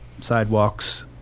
sidewalks